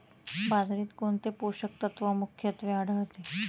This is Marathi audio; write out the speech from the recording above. बाजरीत कोणते पोषक तत्व मुख्यत्वे आढळते?